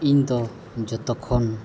ᱤᱧᱫᱚ ᱡᱚᱛᱚᱠᱷᱚᱱ